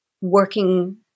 working